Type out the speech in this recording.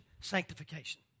sanctification